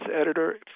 editor